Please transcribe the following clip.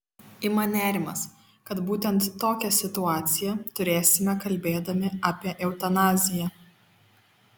ima nerimas kad būtent tokią situaciją turėsime kalbėdami apie eutanaziją